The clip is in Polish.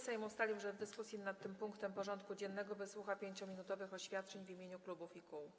Sejm ustalił, że w dyskusji nad tym punktem porządku dziennego wysłucha 5-minutowych oświadczeń w imieniu klubów i kół.